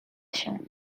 się